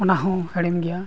ᱚᱱᱟᱦᱚᱸ ᱦᱮᱲᱮᱢ ᱜᱮᱭᱟ